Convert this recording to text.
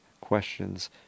questions